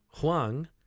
Huang